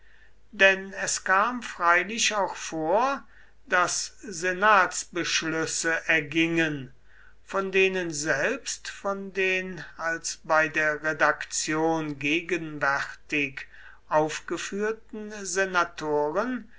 denn es kam freilich auch vor daß senatsbeschlüsse ergingen von denen selbst von den als bei der redaktion gegenwärtig aufgeführten senatoren